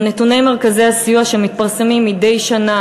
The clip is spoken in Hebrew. גם נתוני מרכזי הסיוע שמתפרסמים מדי שנה